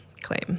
claim